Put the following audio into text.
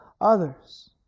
others